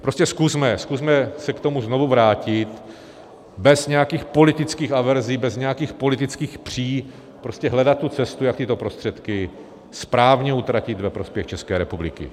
Prostě zkusme se k tomu znovu vrátit bez nějakých politických averzí, bez nějakých politických pří hledat cestu, jak tyto prostředky správně utratit ve prospěch České republiky.